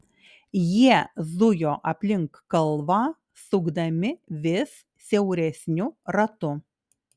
jie zujo aplink kalvą sukdami vis siauresniu ratu